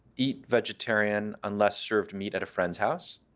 eat vegetarian unless served meat at a friend's house.